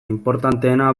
inportanteena